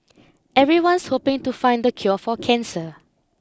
everyone's hoping to find the cure for cancer